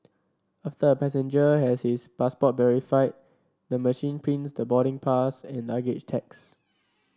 after a passenger has his passport verified the machine prints the boarding pass and luggage tags